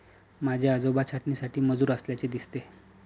माझे आजोबा छाटणीसाठी मजूर असल्याचे दिसते